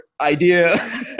idea